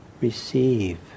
receive